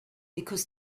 because